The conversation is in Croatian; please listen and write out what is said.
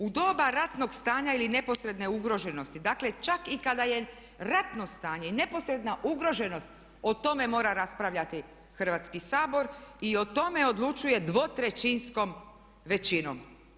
U doba ratnog stanja ili neposredne ugroženosti, dakle čak i kada je ratno stanje i neposredna ugroženost, o tome mora raspravljati Hrvatski sabor i o tome odlučuje dvotrećinskom većinom.